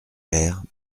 père